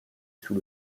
sous